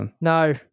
No